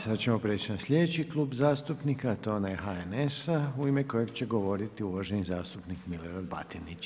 Sada ćemo prijeći na sljedeći Klub zastupnika a to je onaj HNS-a u ime kojeg će govoriti uvaženi zastupnik Milorad Batinić.